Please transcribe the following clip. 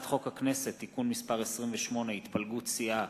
חוק הכנסת (תיקון מס' 28) (התפלגות סיעה),